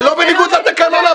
זה לא בניגוד לתקנון,